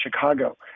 Chicago